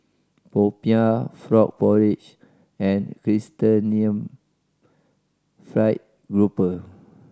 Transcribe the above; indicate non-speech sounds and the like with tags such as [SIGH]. popiah frog porridge and [UNINTELLIGIBLE] fried grouper